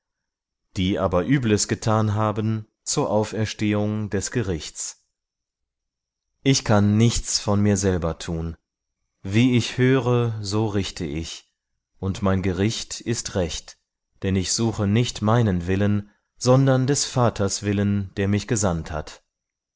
die aber übles getan haben zur auferstehung des gerichts ich kann nichts von mir selber tun wie ich höre so richte ich und mein gericht ist recht denn ich suche nicht meinen willen sondern des vaters willen der mich gesandt hat